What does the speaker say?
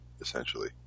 essentially